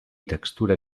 textura